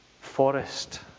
forest